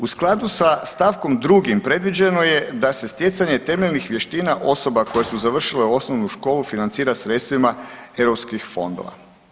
U skladu sa stavkom 2. predviđeno je da se stjecanje temeljnih vještina osoba koje su završile osnovnu školu financira sredstvima europskih fondova.